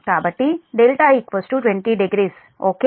కాబట్టి δ 200 ఓకే